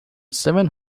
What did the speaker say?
seven